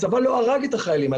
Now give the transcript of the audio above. הצבא לא הרג את החיילים האלה,